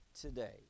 today